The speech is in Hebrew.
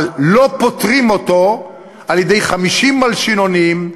אבל לא פותרים את זה על-ידי 50 מלשינונים,